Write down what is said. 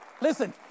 listen